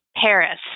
Paris